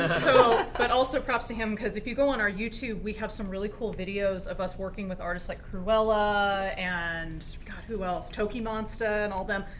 so but also props to him, because if you go on our youtube, we have some really cool videos of us working with artists like krewella and god, who else? tokimonsta, and all them,